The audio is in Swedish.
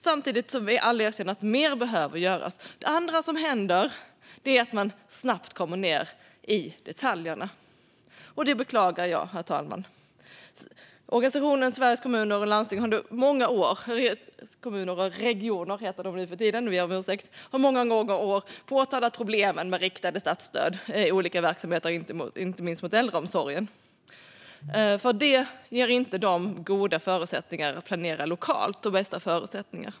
Samtidigt erkänner vi att mer behöver göras. Det andra som händer är att man snabbt kommer ned i detaljerna, och det beklagar jag, herr talman. Organisationen Sveriges Kommuner och Regioner har under många år påtalat problemen med riktade statsstöd till olika verksamheter, inte minst till äldreomsorgen, för det ger dem inte de bästa förutsättningarna att planera lokalt.